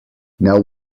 now